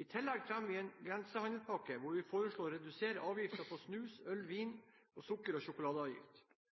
I tillegg fremmer vi en grensehandelspakke hvor vi foreslår å redusere avgiften på snus, øl og